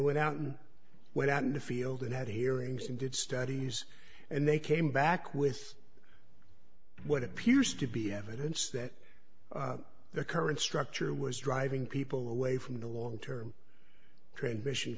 went out and went out in the field and had hearings and did studies and they came back with what appears to be evidence that the current structure was driving people away from the long term transmission